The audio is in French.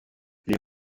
les